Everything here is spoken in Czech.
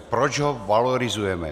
Proč ho valorizujeme?